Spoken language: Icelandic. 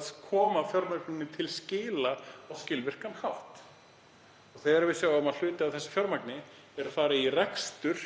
að koma fjármögnuninni til skila á skilvirkan hátt. Þegar við sjáum að hluti af þessu fjármagni fer í rekstur